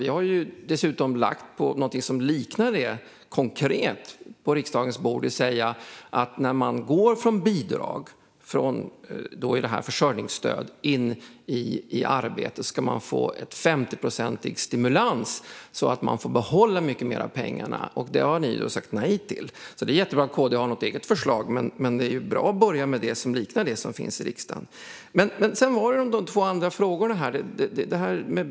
Vi har dessutom lagt någonting som liknar detta konkret på riksdagens bord: När man går från bidrag och försörjningsstöd och in i arbete ska man få en 50-procentig stimulans så att man får behålla mycket mer av pengarna. Detta har ni sagt nej till. Det är jättebra att KD har ett eget förslag, men det är ju bra att börja med det som liknar detta och redan finns i riksdagen. Sedan var det de två andra frågorna.